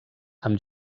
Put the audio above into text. amb